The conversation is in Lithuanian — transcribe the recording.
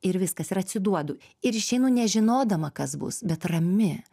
ir viskas ir atsiduodu ir išeinu nežinodama kas bus bet rami